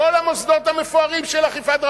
כל המוסדות המפוארים של אכיפת,